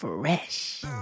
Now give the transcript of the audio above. Fresh